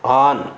on